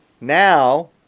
now